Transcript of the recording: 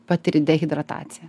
patiri dehidrataciją